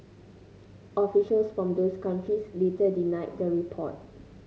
officials from those countries later denied the report